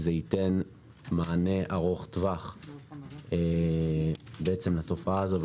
זה ייתן מענה ארוך טווח לתופעה הזאת.